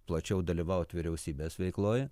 plačiau dalyvaut vyriausybės veikloje